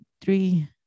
three